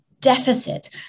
deficit